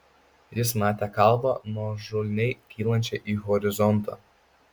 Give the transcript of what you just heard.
jis matė kalvą nuožulniai kylančią į horizontą